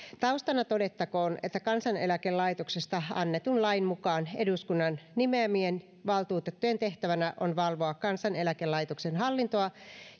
taustana todettakoon että kansaneläkelaitoksesta annetun lain mukaan eduskunnan nimeämien valtuutettujen tehtävänä on valvoa kansaneläkelaitoksen hallintoa